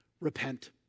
Repent